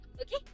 Okay